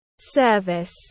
service